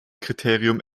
kriterium